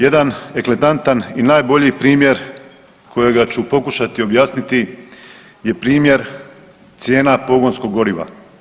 Jedan ekletantan i najbolji primjer kojega ću pokušati objasniti je primjer cijena pogonskog goriva.